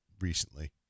recently